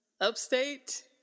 upstate